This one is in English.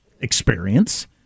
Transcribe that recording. experience